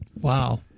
wow